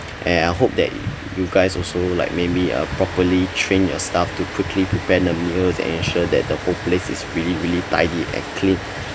and I hope that it you guys also like maybe uh properly train your staff to quickly prepare the meals and ensure that the whole place is really really tidy and clean